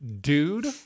dude